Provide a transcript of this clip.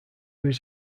was